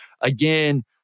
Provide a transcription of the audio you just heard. again